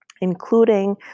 including